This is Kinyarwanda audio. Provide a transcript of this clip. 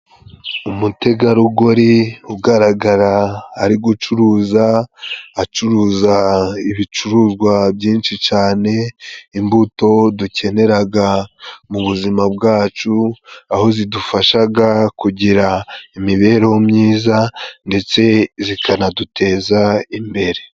Umutegarugori ugaragara ari gucuruza, acuruza ibicuruzwa byinshi cyane. Imbuto dukeneraga mu buzima bwacu, aho zidufashaga kugira imibereho myiza ndetse zikanaduteza imbere.